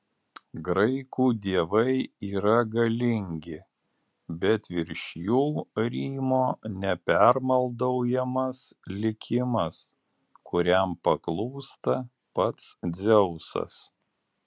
graikų dievai yra galingi bet virš jų rymo nepermaldaujamas likimas kuriam paklūsta pats dzeusas